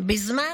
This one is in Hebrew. בזמן